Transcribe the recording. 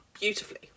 beautifully